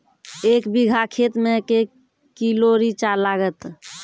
एक बीघा खेत मे के किलो रिचा लागत?